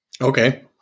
Okay